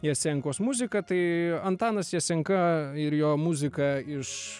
jasenkos muzika tai antanas jasenka ir jo muzika iš